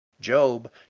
Job